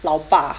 老爸